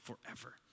forever